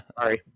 Sorry